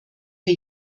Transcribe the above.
für